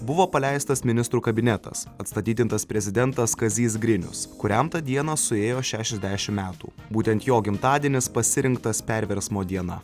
buvo paleistas ministrų kabinetas atstatydintas prezidentas kazys grinius kuriam tą dieną suėjo šešiasdešim metų būtent jo gimtadienis pasirinktas perversmo diena